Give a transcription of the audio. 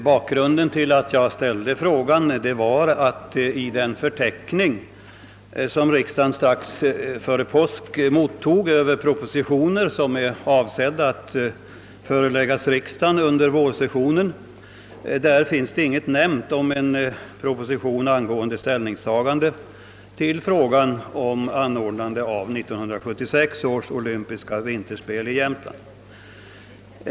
Bakgrunden till frågan är att det i den förteckning, som riksdagen strax före påsk fick över propositioner som var avsedda att föreläggas riksdagen under vårsessionen, inte finns något nämnt om en proposition rörande ställningstagandet till frågan om anordnande av 1976 års olympiska vinterspel i Jämtland.